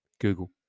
Google